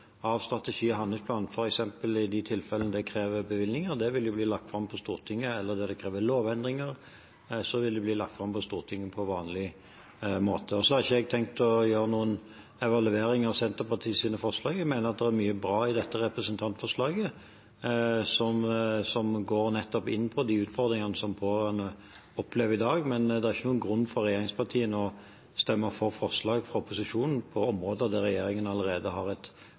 av strategien og handlingsplanen, f.eks. i de tilfellene det krever bevilgninger, vil bli lagt fram for Stortinget. Der det kreves lovendringer, vil det bli lagt fram for Stortinget på vanlig måte. Jeg har ikke tenkt å gjøre noen evaluering av Senterpartiets forslag. Jeg mener det er mye bra i dette representantforslaget, som nettopp går inn på de utfordringene som pårørende opplever i dag. Men det er ikke noen grunn for regjeringspartiene til å stemme for et forslag fra opposisjonen på områder der regjeringen allerede har et